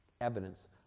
Evidence